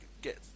get